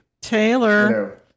Taylor